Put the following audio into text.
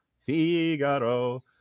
Figaro